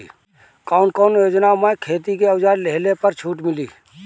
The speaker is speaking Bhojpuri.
कवन कवन योजना मै खेती के औजार लिहले पर छुट मिली?